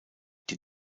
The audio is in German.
die